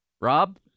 Rob